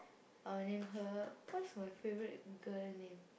I'll name her what's my favourite girl name